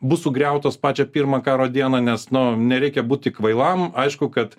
bus sugriautos pačią pirmą karo dieną nes nuo nereikia būti kvailam aišku kad